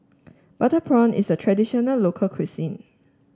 Butter Prawn is a traditional local cuisine